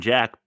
Jack